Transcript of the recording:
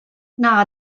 nac